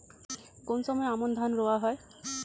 কোন সময় আমন ধান রোয়া হয়?